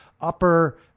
upper